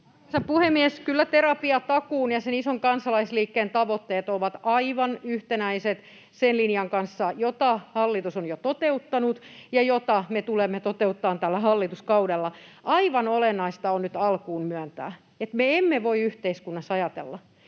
puhemies! Kyllä Terapiatakuun ja sen ison kansalaisliikkeen tavoitteet ovat aivan yhtenäiset sen linjan kanssa, jota hallitus on jo toteuttanut ja jota me tulemme toteuttamaan tällä hallituskaudella. Aivan olennaista on nyt alkuun myöntää, että me emme voi yhteiskunnassa ajatella,